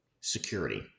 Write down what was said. security